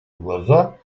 глаза